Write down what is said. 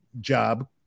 job